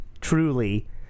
truly